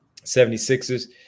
76ers